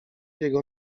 jego